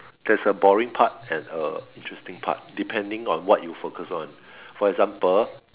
there's a boring part and a interesting part depending on what you focus on for example